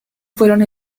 fueron